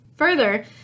Further